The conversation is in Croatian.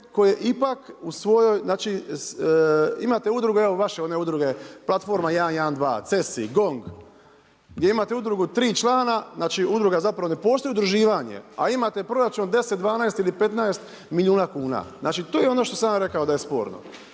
koje ipak u svojoj, znači, imate udruge evo vaše one udruge Platforma 112, Cesi, GONG, gdje imate udrugu 3 člana, znači udruga zapravo ne postoji udruživanje, a imate proračun od 10, 12 ili 15 milijuna kuna. Znači to je ono što sam ja rekao da je sporno.